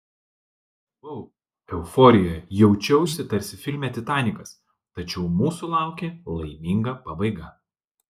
buvau euforijoje jaučiausi tarsi filme titanikas tačiau mūsų laukė laiminga pabaiga